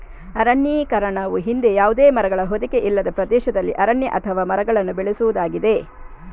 ಅರಣ್ಯೀಕರಣವು ಹಿಂದೆ ಯಾವುದೇ ಮರಗಳ ಹೊದಿಕೆ ಇಲ್ಲದ ಪ್ರದೇಶದಲ್ಲಿ ಅರಣ್ಯ ಅಥವಾ ಮರಗಳನ್ನು ಬೆಳೆಸುವುದಾಗಿದೆ